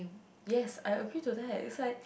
yes I okay to that is like